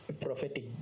prophetic